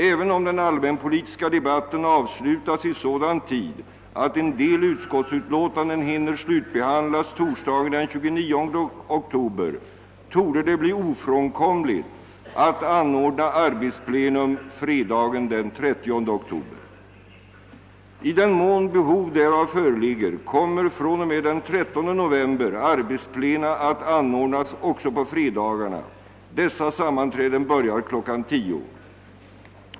Även om den allmänpolitiska debatten avslutas i sådan tid, att en del utskottsutlåtanden hinner slutbehandlas torsdagen den 29 oktober, torde det bli ofrånkomligt att anordna arbetsplenum fredagen den 30 oktober. I den mån behov därav föreligger kommer fr.o.m. den 13 november. arbetsplena att anordnas också på freda 'garha.